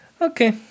okay